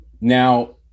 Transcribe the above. Now